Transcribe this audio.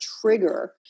trigger